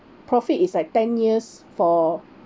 profit is like ten years for